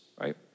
right